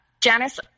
Janice